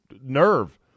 nerve